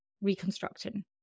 reconstruction